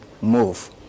move